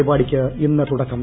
പരിപാടിക്ക് ഇന്ന് തുടക്കം